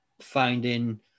finding